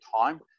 time